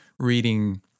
Reading